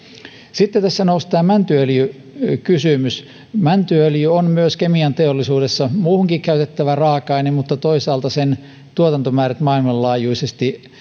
sitten tässä nousi tämä mäntyöljykysymys mäntyöljy on kemianteollisuudessa myös muuhun käytettävä raaka aine mutta toisaalta sen tuotantomäärät maailmanlaajuisesti